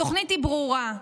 התוכנית היא ברורה.